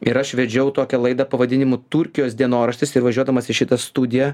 ir aš vedžiau tokią laidą pavadinimu turkijos dienoraštis įvažiuodamas į šitą studiją